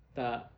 tak